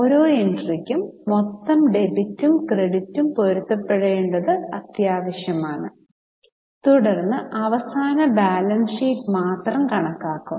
ഓരോ എൻട്രിക്കും മൊത്തം ഡെബിറ്റും ക്രെഡിറ്റും പൊരുത്തപ്പെടേണ്ടത് ആവശ്യമാണ് തുടർന്ന് അവസാന ബാലൻസ് ഷീറ്റ് മാത്രം കണക്കാക്കും